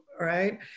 right